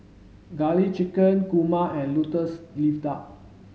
garlic chicken kurma and lotus leaf duck